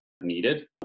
needed